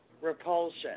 repulsion